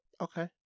okay